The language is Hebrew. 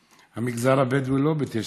המגזר הבדואי הוא לא ב-922.